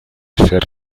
ser